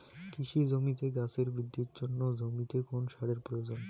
কৃষি জমিতে গাছের বৃদ্ধির জন্য জমিতে কোন সারের প্রয়োজন?